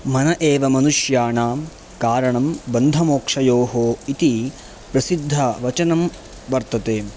मन एव मनुष्याणां कारणं बन्धमोक्षयोः इति प्रसिद्धवचनं वर्तते